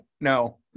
no